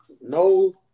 No